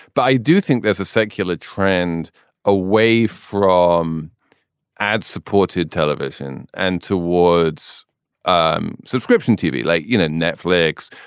but i do think there's a secular trend away from ad supported television and towards um subscription tv, like, you know, netflix,